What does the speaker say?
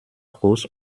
groß